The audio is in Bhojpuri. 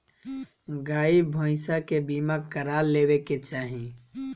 गाई भईसा के बीमा करवा लेवे के चाही